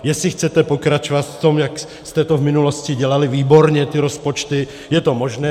Jestli chcete pokračovat v tom, jak jste to v minulosti dělali výborně, ty rozpočty, je to možné.